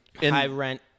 high-rent